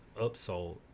upsold